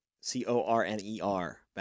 C-O-R-N-E-R